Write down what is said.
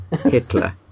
Hitler